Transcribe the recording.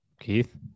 Keith